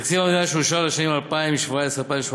בתקציב המדינה שאושר לשנים 2017 2018